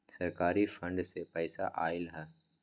सरकारी फंड से पईसा आयल ह?